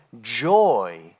joy